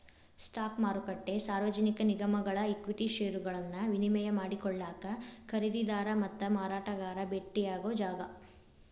stock ಮಾರುಕಟ್ಟೆ ಸಾರ್ವಜನಿಕ ನಿಗಮಗಳ ಈಕ್ವಿಟಿ ಷೇರುಗಳನ್ನ ವಿನಿಮಯ ಮಾಡಿಕೊಳ್ಳಾಕ ಖರೇದಿದಾರ ಮತ್ತ ಮಾರಾಟಗಾರ ಭೆಟ್ಟಿಯಾಗೊ ಜಾಗ